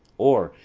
or,